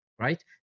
right